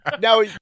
Now